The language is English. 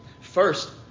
First